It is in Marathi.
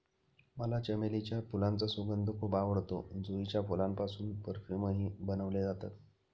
मला चमेलीच्या फुलांचा सुगंध खूप आवडतो, जुईच्या फुलांपासून परफ्यूमही बनवले जातात